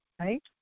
Right